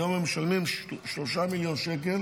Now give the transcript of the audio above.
היום הם משלמים 3 מיליון שקל